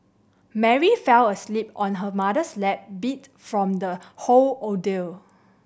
Mary fell asleep on her mother's lap beat from the whole ordeal